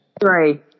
Three